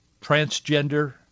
transgender